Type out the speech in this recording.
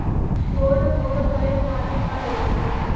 Gold bond करे खातिर का योग्यता बा?